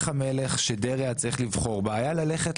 המלך שדרעי היה צריך לבחור בה היה ללכת